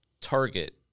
target